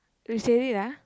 you said it ah